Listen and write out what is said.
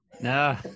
No